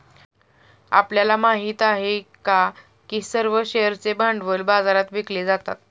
आपल्याला माहित आहे का की सर्व शेअर्सचे भांडवल बाजारात विकले जातात?